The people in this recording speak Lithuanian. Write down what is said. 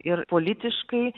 ir politiškai